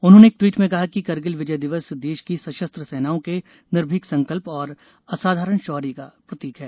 उन्होंने एक ट्वीट में कहा कि करगिल विजय दिवस देश की सशस्त्र सेनाओं के निर्भिक संकल्प और असाधारण शौर्य का प्रतिक है